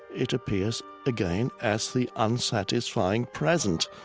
it appears again as the unsatisfying present.